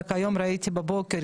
רק היום ראיתי בבוקר,